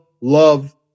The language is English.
love